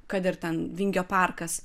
kad ir ten vingio parkas